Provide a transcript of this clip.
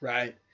Right